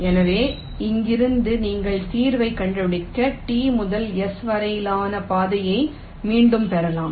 எனவே இங்கிருந்து நீங்கள் தீர்வைக் கண்டுபிடிக்க T முதல் S வரையிலான பாதையை மீண்டும் பெறலாம்